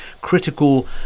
critical